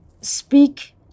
speak